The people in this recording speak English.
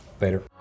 Later